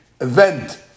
event